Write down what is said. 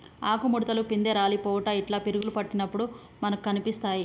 ఆకు ముడుతలు, పిందె రాలిపోవుట ఇట్లా పురుగులు పట్టినప్పుడు మనకు కనిపిస్తాయ్